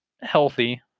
healthy